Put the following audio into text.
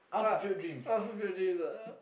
uh of refugees ah